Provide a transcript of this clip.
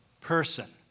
person